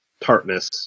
tartness